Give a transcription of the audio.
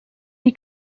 gli